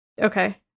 Okay